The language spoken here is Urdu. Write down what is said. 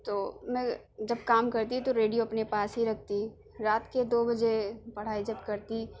تو میں جب کام کرتی تو ریڈیو اپنے پاس ہی رکھتی رات کے دو بجے پڑھائی جب کرتی